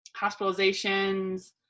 hospitalizations